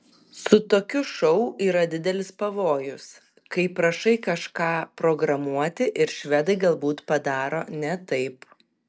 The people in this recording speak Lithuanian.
su tokiu šou yra didelis pavojus kai prašai kažką programuoti ir švedai galbūt padaro ne taip